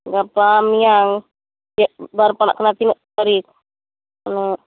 ᱜᱟᱯᱟ ᱢᱮᱭᱟᱝ ᱪᱮᱫ ᱵᱟᱨ ᱯᱟᱲᱟᱜ ᱠᱟᱱᱟ ᱛᱤᱱᱟᱹᱜ ᱛᱟᱹᱨᱤᱠᱷ ᱚᱱᱟ